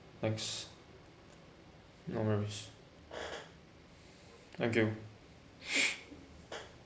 thanks no worries thank you